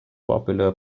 popular